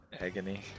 Agony